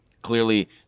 Clearly